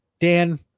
Dan